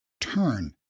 turn